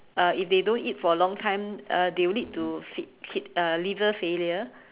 uh if they don't eat for a long time uh they'll lead to fit~ fit~ uh liver failure